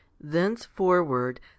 thenceforward